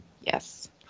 Yes